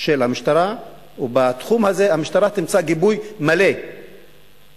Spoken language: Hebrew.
של המשטרה, ובתחום הזה המשטרה תמצא גיבוי מלא של